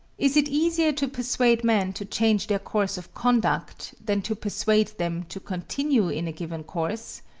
is it easier to persuade men to change their course of conduct than to persuade them to continue in a given course?